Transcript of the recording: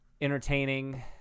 entertaining